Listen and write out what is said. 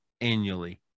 annually